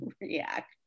react